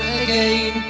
again